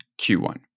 Q1